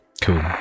cool